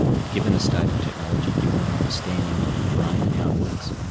but given the state of technology, given our understanding of the brain and how it works,